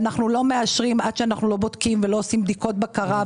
אנחנו לא מאשרים עד שאנחנו לא בודקים ועושים בדיקות בקרה.